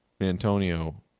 Antonio